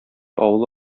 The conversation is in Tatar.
авылы